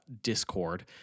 Discord